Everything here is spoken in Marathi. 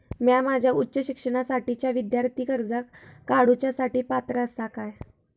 म्या माझ्या उच्च शिक्षणासाठीच्या विद्यार्थी कर्जा काडुच्या साठी पात्र आसा का?